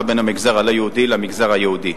בין המגזר הלא-יהודי למגזר היהודי.